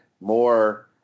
more